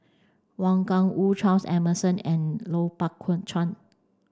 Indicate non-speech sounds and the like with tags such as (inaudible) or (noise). Wang Gungwu Charles Emmerson and Lui Pao (unintelligible) Chuen